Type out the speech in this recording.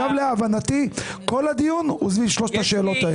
אגב, להבנתי כל הדיון הוא סביב שלוש השאלות האלה.